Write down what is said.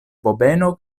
bobeno